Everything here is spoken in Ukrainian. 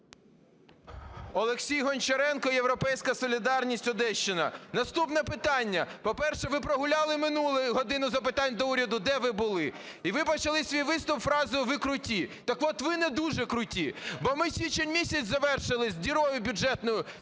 Олексій Гончаренко, "Європейська солідарність", Одещина. Наступне питання. По-перше, ви прогуляли минулу "годину запитань до Уряду". Де ви були? І ви почали свій виступ фразою "ви круті", так от, ви не дуже круті. Бо ми січень місяць завершили з дірою бюджетною